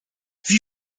sie